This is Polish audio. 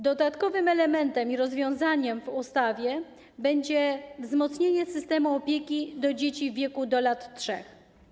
Dodatkowym elementem i rozwiązaniem w ustawie będzie wzmocnienie systemu opieki dla dzieci w wieku do lat 3.